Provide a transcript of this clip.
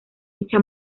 dicha